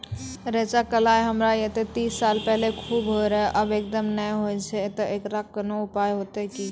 रेचा, कलाय हमरा येते तीस साल पहले खूब होय रहें, अब एकदम नैय होय छैय तऽ एकरऽ कोनो उपाय हेते कि?